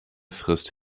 frisst